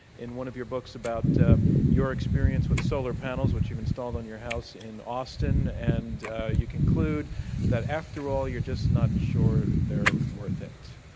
in one of your books, about ah your experience with solar panels, which you've installed on your house in ah boston and you conclude that, after all, you're just not sure they're worth it.